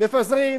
מפזרים,